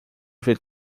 ver